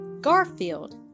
garfield